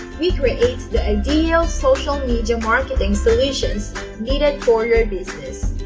we create the ideal social media marketing solutions needed for your business.